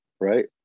right